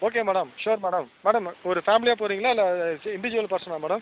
okay madam sure madam madam ஒரு ஃபேமிலியாக போறீங்களா இல்லை இன்டீஜுவல் பர்ஸனாக மேடம்